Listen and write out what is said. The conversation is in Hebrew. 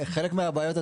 חלק מהבעיות,